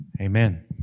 Amen